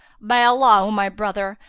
by allah, o my brother,